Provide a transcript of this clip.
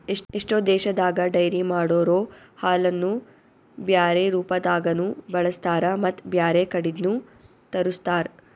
ಎಷ್ಟೋ ದೇಶದಾಗ ಡೈರಿ ಮಾಡೊರೊ ಹಾಲನ್ನು ಬ್ಯಾರೆ ರೂಪದಾಗನೂ ಬಳಸ್ತಾರ ಮತ್ತ್ ಬ್ಯಾರೆ ಕಡಿದ್ನು ತರುಸ್ತಾರ್